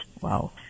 Wow